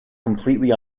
completely